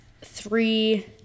three